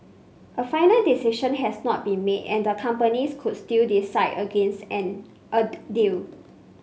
a final decision has not been made and the companies could still decide against a deal